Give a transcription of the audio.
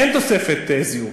אין תוספת זיהום.